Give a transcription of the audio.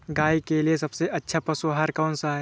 गाय के लिए सबसे अच्छा पशु आहार कौन सा है?